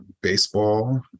baseball